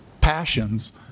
passions